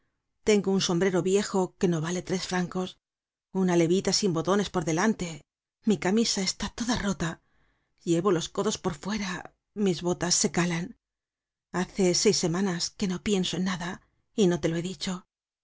tengo un sombrero viejo que no vale tres francos una levita sin botones por delante mi camisa está toda rota llevo los codos por fuera mis botas se calan hace seis scmanaa que no pienso en nada y no te lo he dicho